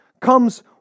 comes